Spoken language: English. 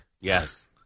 Yes